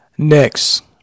next